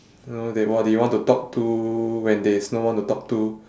you know they wa~ they want to talk to when there is no one to talk to